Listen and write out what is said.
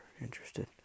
interested